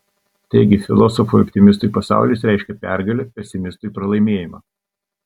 taigi filosofui optimistui pasaulis reiškia pergalę pesimistui pralaimėjimą